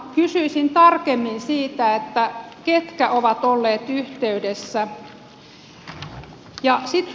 kysyisin tarkemmin siitä ketkä ovat olleet yhteydessä